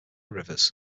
rivers